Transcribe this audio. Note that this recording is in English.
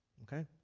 okay?